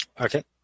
Okay